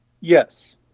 Yes